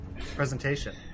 presentation